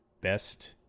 best